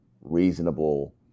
reasonable